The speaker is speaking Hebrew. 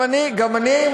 גם אני,